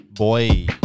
boy